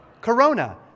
Corona